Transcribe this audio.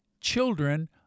children